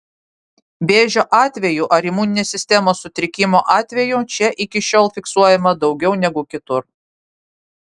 vėžio atvejų ar imuninės sistemos sutrikimo atvejų čia iki šiol fiksuojama daugiau negu kitur